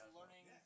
learning